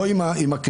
לא עם הכנסת,